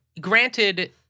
Granted